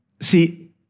See